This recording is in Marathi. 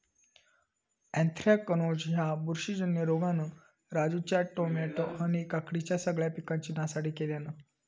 अँथ्रॅकनोज ह्या बुरशीजन्य रोगान राजूच्या टामॅटो आणि काकडीच्या सगळ्या पिकांची नासाडी केल्यानं